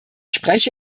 spreche